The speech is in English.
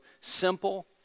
simple